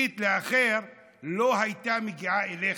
היא לא תגיע אליך.